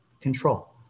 control